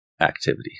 activity